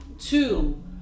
Two